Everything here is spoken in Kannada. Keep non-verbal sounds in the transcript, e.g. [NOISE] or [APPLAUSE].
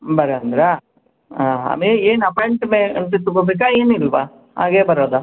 [UNINTELLIGIBLE] ಹಾಂ ಹಾಂ ಮೇ ಏನು ಅಪಾಯಿಂಟ್ಮೆಂಟ್ ತಗೊಳ್ಬೇಕ ಏನಿಲ್ವ ಹಾಗೆ ಬರೋದ